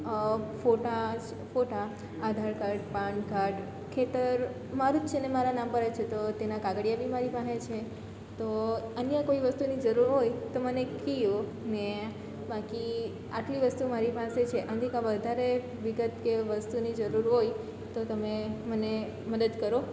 હં ફોટા ફોટા આધાર કાડ પાન કાડ ખેતર મારું જ છે ને મારાં નામ પર જ છે તો તેનાં કાગળિયા બી મારી પાસે છે તો અન્ય કોઈ વસ્તુની જરૂર હોય તો મને કહો ને બાકી આટલી વસ્તુ મારી પાસે છે આનાથી કાંઈ વધારે વિગત કે વસ્તુની જરૂર હોય તો તમે મને મદદ કરો